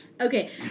Okay